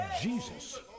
Jesus